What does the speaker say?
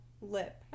lip